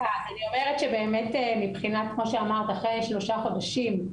אחרי שלושה חודשים,